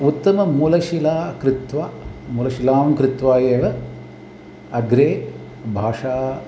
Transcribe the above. उत्तममूलशिला कृत्वा मूलशिलां कृत्वा एव अग्रे भाषा